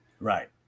right